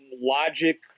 Logic